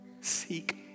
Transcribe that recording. Seek